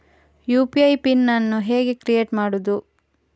UPI PIN ಅನ್ನು ಹೇಗೆ create ಮಾಡುದು?